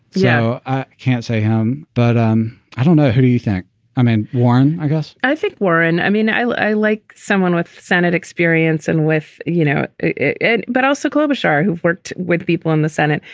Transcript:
so i can't say. um but um i don't know. who do you think i mean. warren, i guess i think. warren. i mean, i like someone with senate experience and with, you know, it, but also globalstar who've worked with people in the senate.